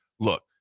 Look